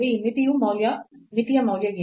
ಈ ಮಿತಿಯ ಮೌಲ್ಯ ಏನು